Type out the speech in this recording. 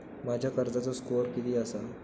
माझ्या कर्जाचो स्कोअर किती आसा?